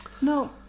No